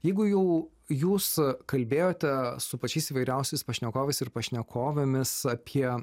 jeigu jau jūs kalbėjote su pačiais įvairiausiais pašnekovais ir pašnekovėmis apie